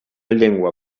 llengua